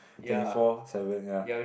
twenty four seven ya